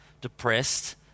depressed